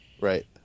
Right